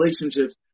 relationships